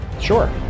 Sure